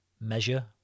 measure